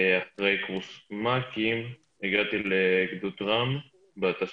אמרתי לו בן 18. והוא אמר: ולאן אתה הולך